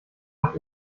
auch